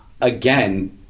Again